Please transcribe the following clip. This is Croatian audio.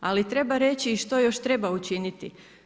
Ali treba reći što još treba učiniti.